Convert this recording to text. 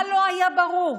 מה לא היה ברור?